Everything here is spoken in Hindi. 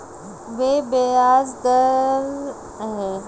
वे ब्याज दरें क्या हैं जिनके लिए मैं योग्य हूँ?